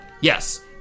Yes